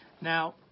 Now